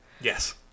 Yes